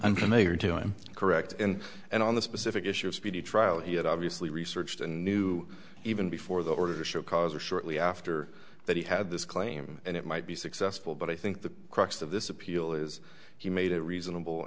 unfamiliar to i'm correct in and on the specific issue of speedy trial he had obviously researched and knew even before the order to show cause or shortly after that he had this claim and it might be successful but i think the crux of this appeal is he made a reasonable